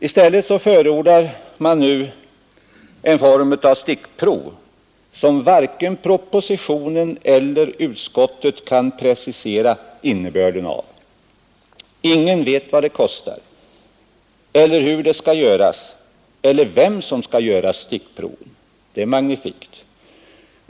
I stället förordar man nu en form av stickprov som varken propositionen eller utskottet kan precisera innebörden av. Ingen vet vad detta kostar eller hur det skall ske eller vem som skall göra stickproven — det är magnifikt.